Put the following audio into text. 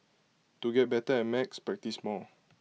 to get better at maths practise more